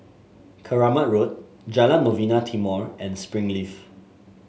Keramat Road Jalan Novena Timor and Springleaf